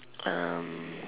um